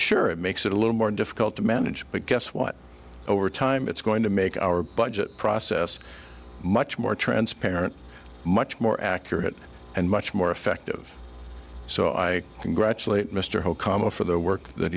sure it makes it a little more difficult to manage but guess what over time it's going to make our budget process much more transparent much more accurate and much more effective so i congratulate mr holt cama for the work that